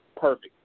perfect